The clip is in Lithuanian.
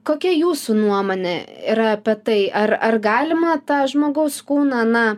kokia jūsų nuomonė yra apie tai ar ar galima tą žmogaus kūną na